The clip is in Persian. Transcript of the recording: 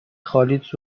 خالیت